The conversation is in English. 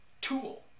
tool